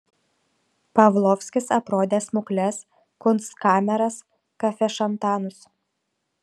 pavlovskis aprodė smukles kunstkameras kafešantanus